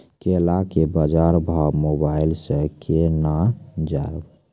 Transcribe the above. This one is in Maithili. केला के बाजार भाव मोबाइल से के ना जान ब?